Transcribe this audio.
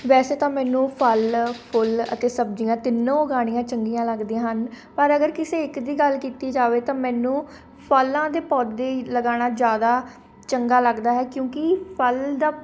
ਵੈਸੇ ਤਾਂ ਮੈਨੂੰ ਫ਼ਲ ਫੁੱਲ ਅਤੇ ਸਬਜ਼ੀਆਂ ਤਿੰਨੋਂ ਉਗਾਉਣੀਆਂ ਚੰਗੀਆਂ ਲੱਗਦੀਆਂ ਹਨ ਪਰ ਅਗਰ ਕਿਸੇ ਇੱਕ ਦੀ ਗੱਲ ਕੀਤੀ ਜਾਵੇ ਤਾਂ ਮੈਨੂੰ ਫ਼ਲਾਂ ਦੇ ਪੌਦੇ ਹੀ ਲਗਾਉਣਾ ਜ਼ਿਆਦਾ ਚੰਗਾ ਲੱਗਦਾ ਹੈ ਕਿਉਂਕਿ ਫ਼ਲ ਦਾ